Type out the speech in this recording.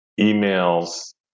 emails